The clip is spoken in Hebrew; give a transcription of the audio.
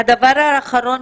הדבר האחרון,